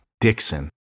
Dixon